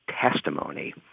testimony